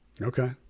Okay